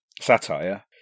satire